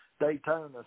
Daytona